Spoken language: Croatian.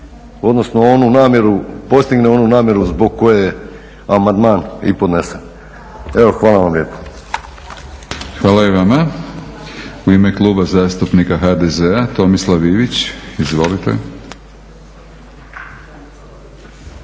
namjeru, postigne onu namjeru zbog koje je amandman i podnesen. Evo, hvala vam lijepo. **Batinić, Milorad (HNS)** Hvala i vama. U ime Kluba zastupnika HDZ-a, Tomislav Ivić. Izvolite.